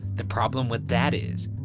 the problem with that is,